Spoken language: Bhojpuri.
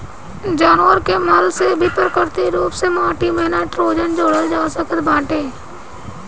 जानवर के मल से भी प्राकृतिक रूप से माटी में नाइट्रोजन जोड़ल जा सकत बाटे